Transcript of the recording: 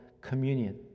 communion